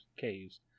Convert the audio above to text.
caves